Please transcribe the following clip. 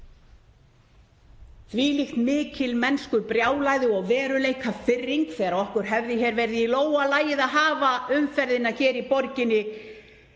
Þvílíkt mikilmennskubrjálæði og veruleikafirring þegar okkur hefði verið í lófa lagið að hafa umferðina í borginni